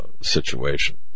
situation